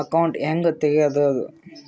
Account ಹ್ಯಾಂಗ ತೆಗ್ಯಾದು?